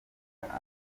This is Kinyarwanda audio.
abana